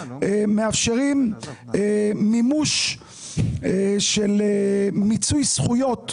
מאפשרים מימוש של מיצוי זכויות,